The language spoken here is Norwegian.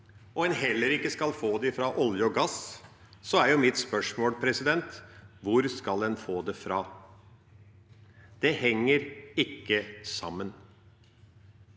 og en heller ikke skal få det fra olje og gass, blir mitt spørsmål: Hvor skal en få det fra? Det henger ikke sammen.